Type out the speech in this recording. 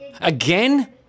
Again